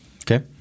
Okay